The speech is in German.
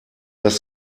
das